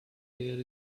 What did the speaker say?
there